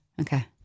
Okay